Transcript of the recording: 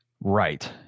right